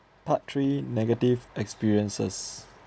part three negative experiences